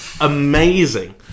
amazing